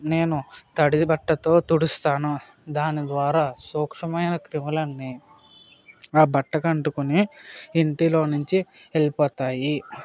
నేను తడిబట్టతో తుడుస్తాను దాని ద్వారా సూక్ష్మమైన క్రిములన్ని ఆ బట్టకు అంటుకొని ఇంటిలో నుంచి వెళ్ళిపోతాయి